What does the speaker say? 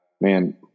man